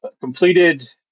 completed